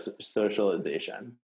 socialization